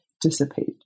dissipate